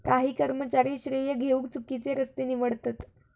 काही कर्मचारी श्रेय घेउक चुकिचे रस्ते निवडतत